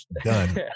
done